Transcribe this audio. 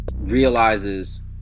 realizes